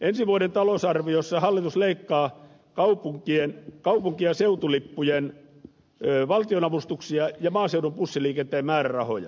ensi vuoden talousarviossa hallitus leikkaa kaupunki ja seutulippujen valtionavustuksia ja maaseudun bussiliikenteen määrärahoja